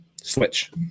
Switch